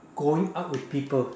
going out with people